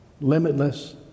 Limitless